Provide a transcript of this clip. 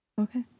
Okay